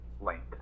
length